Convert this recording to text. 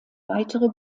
weitere